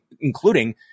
including